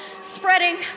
spreading